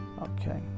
Okay